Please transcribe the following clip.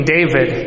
David